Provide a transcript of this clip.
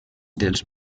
dels